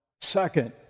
Second